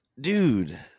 Dude